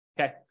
okay